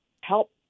help